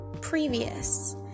previous